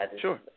Sure